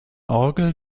orgel